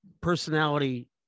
personality